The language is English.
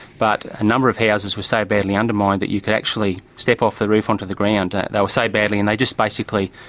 but a number of houses were so badly undermined that you could actually step off the roof onto the ground, they were so badly, and they just basically,